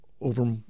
over